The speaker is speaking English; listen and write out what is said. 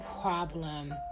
problem